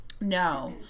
No